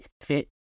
fit